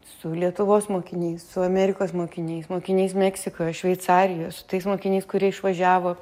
su lietuvos mokiniai su amerikos mokiniais mokiniais meksikoj šveicarijoj su tais mokiniais kurie išvažiavo